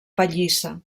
pallissa